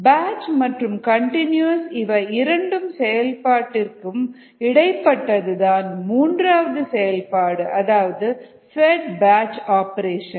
batch மற்றும் continuous இவை இரண்டு செயல்பாட்டிற்கும் இடைப்பட்டது தான் மூன்றாவது செயல்பாடு அதாவது பெட் பேட்ச் ஆப்ரேஷன்